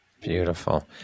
Beautiful